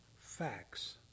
facts